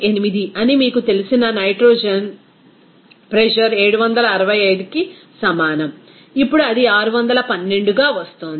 8 అని మీకు తెలిసిన నైట్రోజన్ ప్రెజర్ 765కి సమానం అప్పుడు అది 612గా వస్తుంది